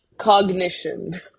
Cognition